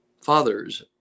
fathers